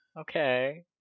okay